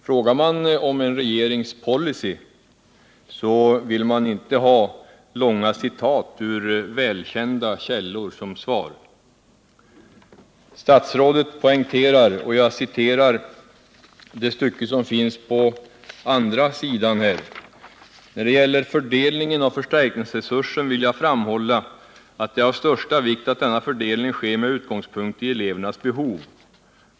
Frågar man om en regerings policy vill man inte ha långa citat ur välkända källor som svar. Statsrådet poängterar i svaret: ”När det gäller fördelningen av förstärkningsresursen vill jag framhålla att det är av största vikt att denna fördelning sker med utgångspunkt i elevernas behov.